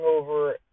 over